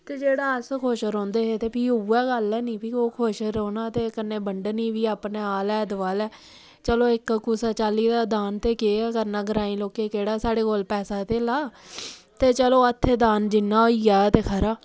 ते जेह्ड़ा अस खुश रौंह्दे हे ते फ्ही उ'ऐ गल्ल ऐ निं फ्ही ओह् खुश रौह्ना ते कन्नै बंडनी बी अपने आलै दोआलै चलो इक कुसै चाल्ली दा दान ते केह् गै करना ग्राईं लोकें केह्ड़ा साढ़े कोल पैसा धेल्ला ते चलो हत्थें दान जिन्ना होई जाऽ ते खरा